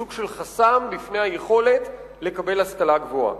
כסוג של חסם בפני היכולת לקבל השכלה גבוהה.